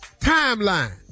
timeline